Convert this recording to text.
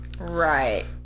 Right